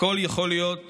הכול יכול להיות